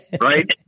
Right